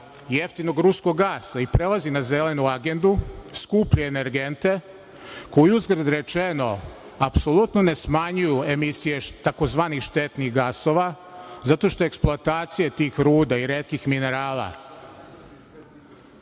jeftinog ruskog gasa i prelazi na Zelenu agendu, skuplje energente, koji uzgred rečeno apsolutno ne smanjuju emisije tzv. štetnih gasova zato što eksploatacija tih ruda i retkih minerala